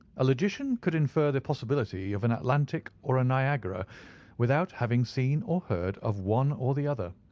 a logician could infer the possibility of an atlantic or a niagara without having seen or heard of one or the other.